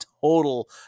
total